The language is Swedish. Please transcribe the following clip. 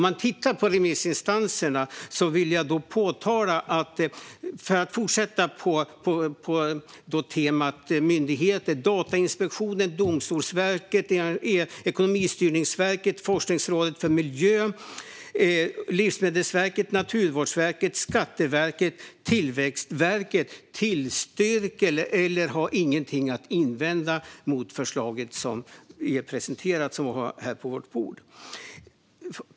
Jag vill påpeka, för att fortsätta på temat remissinstanser och myndigheter, att Datainspektionen, Domstolsverket, Ekonomistyrningsverket, Forskningsrådet för miljö, Livsmedelsverket, Naturvårdsverket, Skatteverket och Tillväxtverket antingen tillstyrker eller inte har någonting att invända mot det förslag som vi har på vårt bord.